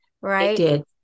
right